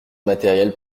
matérielle